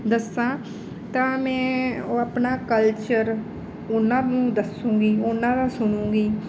ਦੱਸਾਂ ਤਾਂ ਮੈਂ ਉਹ ਆਪਣਾ ਕਲਚਰ ਉਹਨਾਂ ਨੂੰ ਦੱਸਾਂਗੀ ਉਹਨਾਂ ਦਾ ਸੁਣਾਂਗੀ